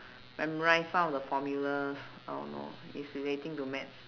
memorize some of the formulas I don't know it's relating to maths